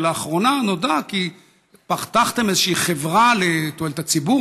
שלאחרונה נודע שפתחתם איזה חברה לתועלת הציבור,